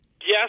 Yes